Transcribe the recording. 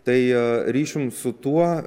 tai ryšium su tuo